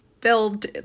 filled